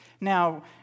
Now